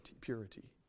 purity